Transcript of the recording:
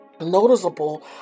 noticeable